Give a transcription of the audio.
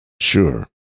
Sure